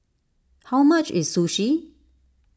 how much is Sushi